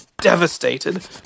devastated